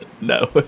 No